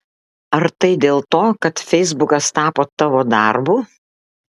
ar tai dėl to kad feisbukas tapo tavo darbu